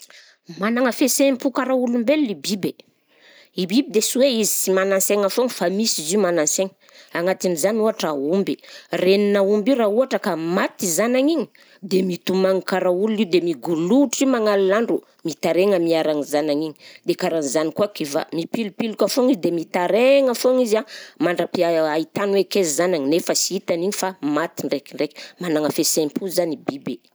Managna fiheseham-po karaha olom-belo i biby, i biby dia sy hoe izy sy manan-saigna foagna fa misy izy io manan-saigna, agnatin'izany ohatra aomby, renin'aomby io raha ohatra ka maty zagnany igny, de mitomagny kara olona io de migoloitra io magnalina andro, mitaraigna miara ny zanany igny, de karahan'izany koa kivà, mipilopiloka foagna izy dia mitaraigna foagna izy a mandra-pia- ahitany hoe kaiza zanany nefa sy hitany igny fa maty ndraikindraiky, managna fiheseham-po zany i biby.